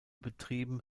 betrieben